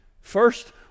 First